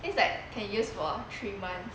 it's like can use for three months